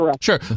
sure